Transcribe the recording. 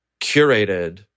curated